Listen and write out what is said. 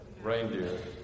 reindeer